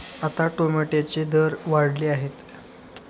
आता टोमॅटोचे दर वाढले आहेत